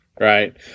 Right